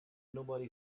nobody